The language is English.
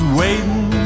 waiting